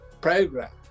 program